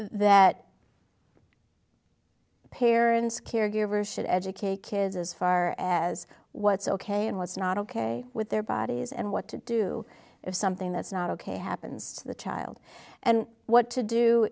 that parents caregivers should educate kids as far as what's ok and what's not ok with their bodies and what to do if something that's not ok happens to the child and what to do